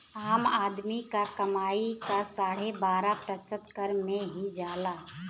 आम आदमी क कमाई क साढ़े बारह प्रतिशत कर में ही जाला